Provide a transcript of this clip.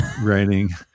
writing